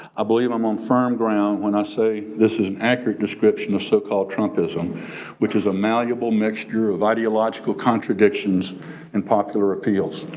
i believe i'm on firm ground when i say this is an accurate description of so-called trumpism which is a malleable mixture of ideological contradictions and popular appeals.